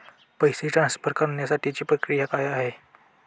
पैसे ट्रान्सफर करण्यासाठीची प्रक्रिया काय आहे?